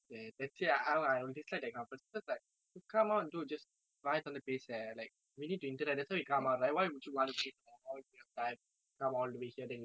வாயை திறந்து பேசு:vayai thiranthu pesu leh like we need to interact so you come out right why would you want to waste all your time come all the way here then you don't talk right ya